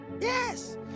yes